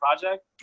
project